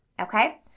okay